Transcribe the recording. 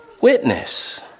witness